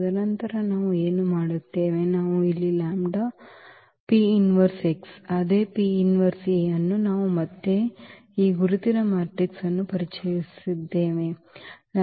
ತದನಂತರ ನಾವು ಏನು ಮಾಡುತ್ತೇವೆ ನಾವು ಇಲ್ಲಿ ಲ್ಯಾಂಬ್ಡಾ x ಅದೇ A ಅನ್ನು ಮತ್ತೆ ನಾವು ಈ ಗುರುತಿನ ಮ್ಯಾಟ್ರಿಕ್ಸ್ ಅನ್ನು ಪರಿಚಯಿಸಿದ್ದೇವೆ